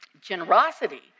Generosity